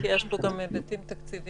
כי יש בו גם היבטים תקציביים,